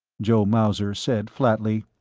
joe mauser said flatly.